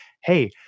hey